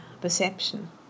perception